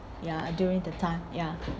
ya during the time ya